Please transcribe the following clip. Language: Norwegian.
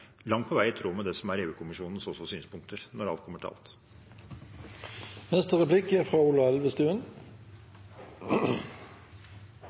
i tråd med det som er EU-kommisjonens synspunkter, når alt kommer til